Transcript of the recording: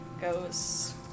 goes